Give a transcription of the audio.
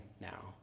now